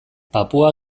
papua